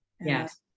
Yes